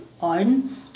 on